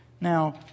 Now